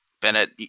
Bennett